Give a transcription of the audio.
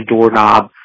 doorknob